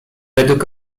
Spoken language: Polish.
według